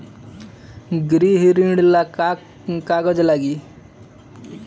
गृह ऋण ला का का कागज लागी?